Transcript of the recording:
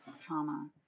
trauma